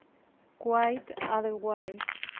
quite otherwise,